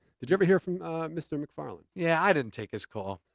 did you ever hear from mr. macfarlane? yeah, i didn't take his call.